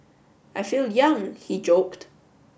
I feel young he joked